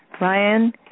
Ryan